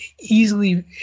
easily